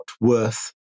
worth